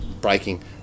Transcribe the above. breaking